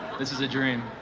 this is a dream,